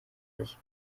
nicht